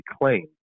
claim